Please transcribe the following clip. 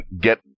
get